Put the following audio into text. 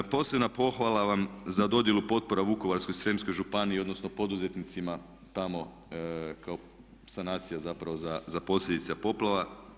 Posebna pohvala vam za dodjelu potpora Vukovarsko-srijemskoj županiji odnosno poduzetnicima tamo kao sanacija zapravo za posljedice poplava.